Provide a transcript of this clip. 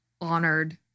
honored